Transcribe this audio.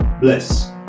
bless